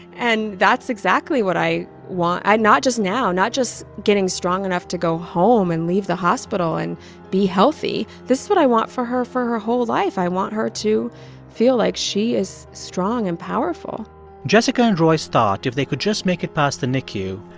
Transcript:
and that's exactly what i want, i not just now, not just getting strong enough to go home, and leave the hospital and be healthy. this is what i want for her for her whole life. i want her to feel like she is strong and powerful jessica and royce thought, if they could just make it past the nicu,